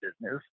business